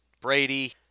Brady